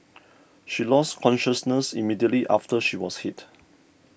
she lost consciousness immediately after she was hit